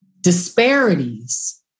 disparities